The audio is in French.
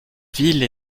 ville